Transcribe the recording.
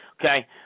Okay